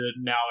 Now